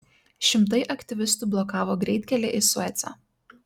šimtai aktyvistų blokavo greitkelį į suecą